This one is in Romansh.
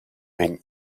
vegn